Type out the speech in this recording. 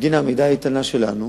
כמו בגין העמידה האיתנה שלנו